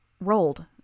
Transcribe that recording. rolled